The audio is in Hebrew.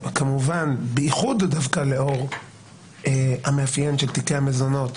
בייחוד לאור המאפיין של תיקי המזונות,